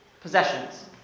possessions